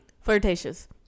flirtatious